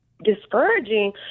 discouraging